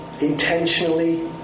Intentionally